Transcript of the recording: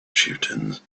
chieftains